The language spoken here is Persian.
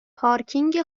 پارکینگ